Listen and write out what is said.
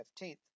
15th